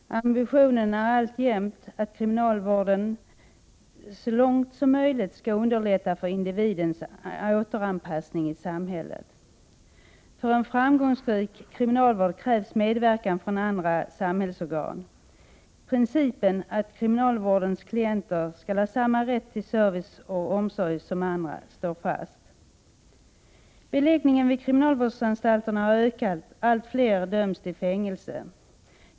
Herr talman! Kriminalvården styrs till stor del av beslut som den inte råder över. Den kan inte välja sina klienter och inte påverka hur många den skall ta emot. Klienterna är dessutom till stor del socialt och i flera andra avseenden starkt missgynnade personer. Ambitionen är alltjämt att kriminalvården så långt som möjligt skall underlätta individens återanpassning i samhället. För en framgångsrik kriminalvård krävs medverkan från andra samhällsorgan. Principen att kriminalvårdens klienter skall ha samma rätt till service och omsorg som andra står fast. Beläggningen vid kriminalvårdsanstalterna har ökat — allt fler döms till fängelse.